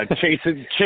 chasing